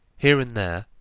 here and there,